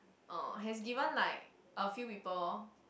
ah has given like a few people